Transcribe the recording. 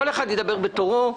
כל אחד ידבר בתורו.